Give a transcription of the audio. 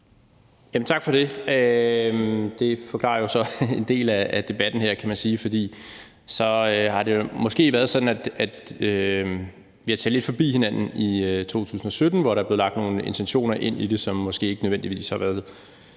Tak for det. Det forklarer jo så en del af debatten her, kan man sige, for så har det måske været sådan, at vi talte lidt forbi hinanden i 2017-18, og at der blev lagt nogle intentioner ind i det, som måske ikke nødvendigvis har været